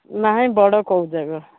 ନାଇଁ ବଡ଼ କଉ ଯାକ